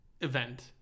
event